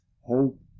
hope